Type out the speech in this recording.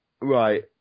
right